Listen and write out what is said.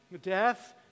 death